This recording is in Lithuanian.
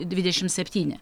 dvidešimt septyni